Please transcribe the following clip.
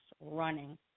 running